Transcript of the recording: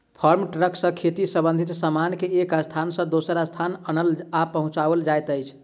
farm truck सॅ खेती संबंधित सामान के एक स्थान सॅ दोसर स्थान आनल आ पहुँचाओल जाइत अछि